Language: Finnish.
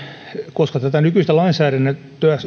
koska nykyistä lainsäädäntöä